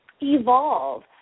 evolve